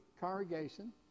Congregation